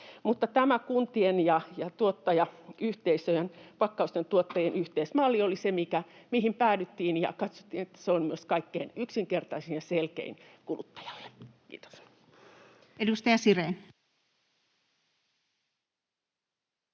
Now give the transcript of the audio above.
pakkausten tuottajien, yhteismalli oli se, mihin päädyttiin ja katsottiin, että se on myös kaikkein yksinkertaisin ja selkein kuluttajalle. — Kiitos. [Speech